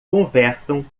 conversam